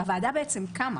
והוועדה בעצם קמה.